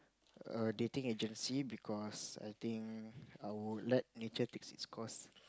a dating agency because I think I would nature takes its course